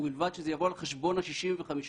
ובלבד שזה יבוא על חשבון ה-65%,